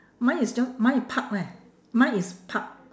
mine is just mine is park leh mine is park